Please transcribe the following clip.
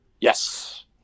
Yes